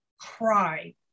cry